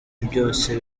byose